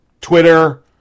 Twitter